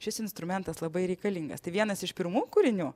šis instrumentas labai reikalingas vienas iš pirmų kūrinių